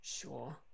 Sure